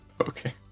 Okay